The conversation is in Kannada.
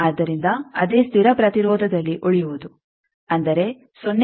ಆದ್ದರಿಂದ ಅದೇ ಸ್ಥಿರ ಪ್ರತಿರೋಧದಲ್ಲಿ ಉಳಿಯುವುದು ಅಂದರೆ 0